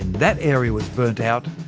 that area was burnt out,